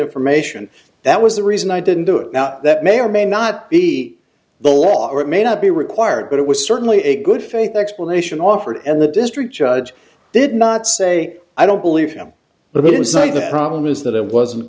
information that was the reason i didn't do it now that may or may not be the law or it may not be required but it was certainly a good faith explanation offered and the district judge did not say i don't believe him but he didn't cite the problem is that it wasn't